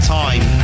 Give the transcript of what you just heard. time